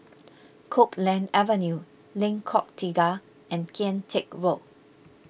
Copeland Avenue Lengkok Tiga and Kian Teck Road